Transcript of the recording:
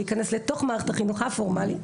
להיכנס לתוך מערכת החינוך הפורמלית,